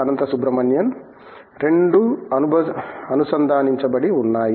అనంత సుబ్రమణియన్ రెండూ అనుసంధానించబడి ఉన్నాయి